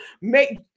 make